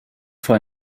vor